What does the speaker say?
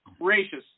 gracious